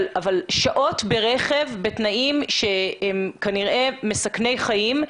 אבל שעות ברכב בתנאים שהם כנראה מסכני חיים,